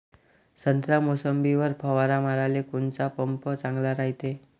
संत्रा, मोसंबीवर फवारा माराले कोनचा पंप चांगला रायते?